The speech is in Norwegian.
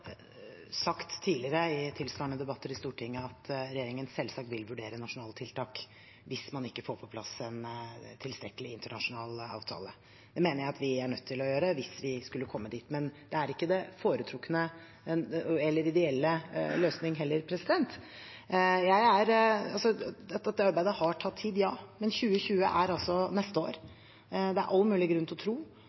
sagt tidligere i tilsvarende debatter i Stortinget at regjeringen selvsagt vil vurdere nasjonale tiltak hvis man ikke får på plass en tilstrekkelig internasjonal avtale. Det mener jeg at vi er nødt til å gjøre hvis vi skulle komme dit. Men det er ikke den foretrukne eller ideelle løsningen. Ja, dette arbeidet har tatt tid, men 2020 er altså neste år. Det er all mulig grunn til å tro